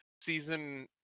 season